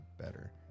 better